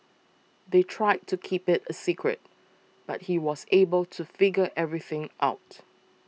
they tried to keep it a secret but he was able to figure everything out